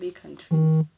eh country